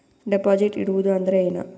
Deposit ಇಡುವುದು ಅಂದ್ರ ಏನ?